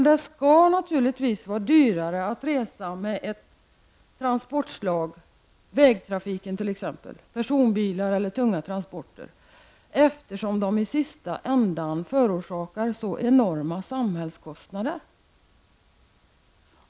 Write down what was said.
Det skall naturligtvis vara dyrare att använda ett transportslag som vägtrafiken, t.ex. i personbefordran eller i tunga transporter, eftersom den i slutänden orsakar så enorma samhällskostnader.